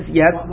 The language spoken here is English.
yes